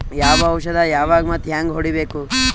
ಯಾವ ಔಷದ ಯಾವಾಗ ಮತ್ ಹ್ಯಾಂಗ್ ಹೊಡಿಬೇಕು?